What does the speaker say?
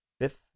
fifth